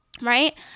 right